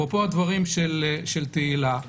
אפרופו הדברים של תהילה,